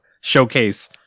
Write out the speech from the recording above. showcase